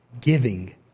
giving